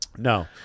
No